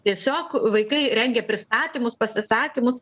tiesiog vaikai rengia pristatymus pasisakymus